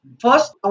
First